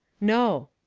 no.